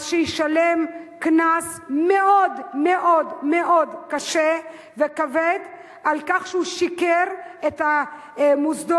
אז שישלם קנס מאוד-מאוד-מאוד קשה וכבד על כך שהוא שיקר למוסדות,